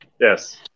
Yes